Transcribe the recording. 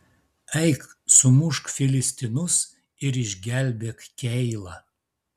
eik sumušk filistinus ir išgelbėk keilą